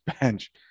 bench